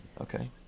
Okay